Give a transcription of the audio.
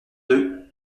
deux